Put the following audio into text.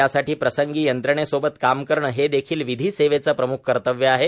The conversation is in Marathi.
यासाठी प्रसंगी यंत्रणेसोबत काम करणे हे देखील विधी सेवेच प्रम्ख कर्तव्य आहे